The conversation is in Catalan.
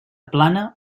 plana